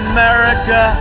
America